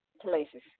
places